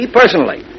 personally